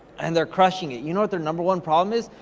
and they're crushing it. you know what their number one problem is?